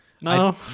No